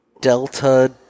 Delta